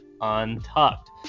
untucked